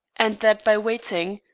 and that by waiting,